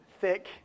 thick